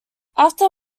after